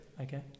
Okay